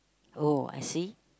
oh I see